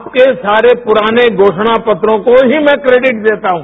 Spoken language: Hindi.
आपके सारे पुराने घोषणपत्रों को ही मैं क्रैडिट देता हूं